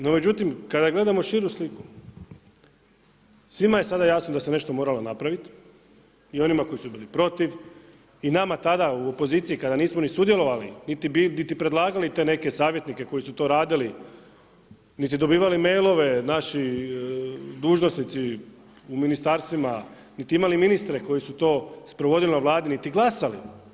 No međutim kada gledamo širu sliku, svima je sada jasno da se nešto moralo napraviti i onima koji su bili protiv i nama tada u opoziciji kada nismo sudjelovali niti predlagali te neke savjetnike koji su to radili niti dobivali mailove naši dužnosnici u ministarstvima, niti imali ministre koji su to sprovodili na Vladi niti glasali.